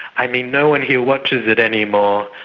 i mean, no one here watches it anymore,